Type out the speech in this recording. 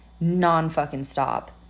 non-fucking-stop